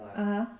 (uh huh)